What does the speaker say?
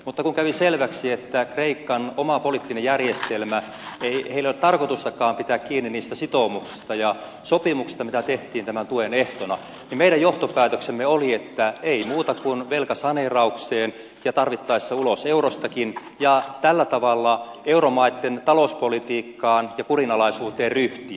mutta kun kävi selväksi että kreikan omalla poliittisella järjestelmällä ei ole tarkoitustakaan pitää kiinni niistä sitoumuksista ja sopimuksista mitä tehtiin tämän tuen ehtona niin meidän johtopäätöksemme oli että ei muuta kuin velkasaneeraukseen ja tarvittaessa ulos eurostakin ja tällä tavalla euromaitten talouspolitiikkaan ja kurinalaisuuteen ryhtiä